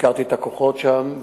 ביקרתי את הכוחות שם,